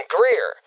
Greer